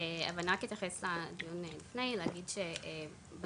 אבל אני רק אתייחס לדיון לפני להגיד שבצפון,